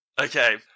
Okay